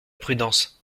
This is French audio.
prudence